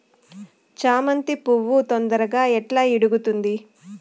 చామంతి పువ్వు తొందరగా ఎట్లా ఇడుగుతుంది?